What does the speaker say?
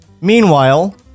Meanwhile